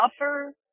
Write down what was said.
offer